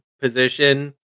position